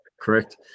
correct